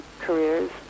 careers